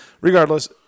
regardless